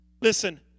Listen